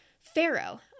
Pharaoh